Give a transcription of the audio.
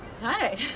Hi